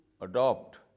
adopt